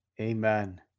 Amen